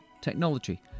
technology